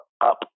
Up